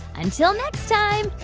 until next time,